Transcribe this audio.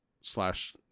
slash